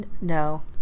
No